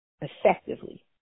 effectively